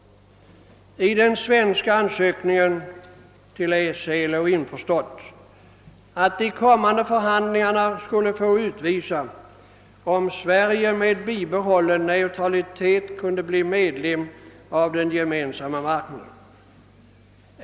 I den svenska ansökningen till EEC låg införstått att de kommande förhandlingarna skulle få utvisa om Sverige med bibehållen neutralitet kunde bli medlem av Gemensamma marknaden.